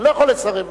אני לא יכול לסרב לו.